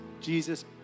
Jesus